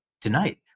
Tonight